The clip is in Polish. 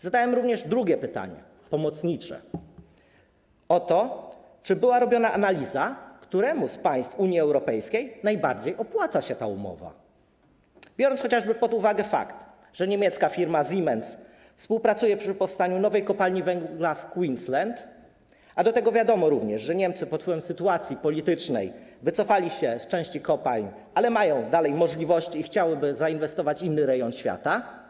Zadałem również drugie pytanie, pomocnicze, o to, czy była robiona analiza, któremu z państw Unii Europejskiej najbardziej opłaca się ta umowa, biorąc chociażby pod uwagę fakt, że niemiecka firma Siemens współpracuje przy powstaniu nowej kopalni węgla w Queensland, a do tego wiadomo również, że Niemcy pod wpływem sytuacji politycznej wycofali się z części kopalń, ale mają dalej możliwości i chciałyby zainwestować w inny rejon świata.